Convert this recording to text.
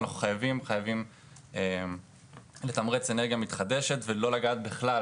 אנחנו חייבים חייבים לתמרץ אנרגיה מתחדשת ולא לגעת בכלל